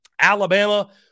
Alabama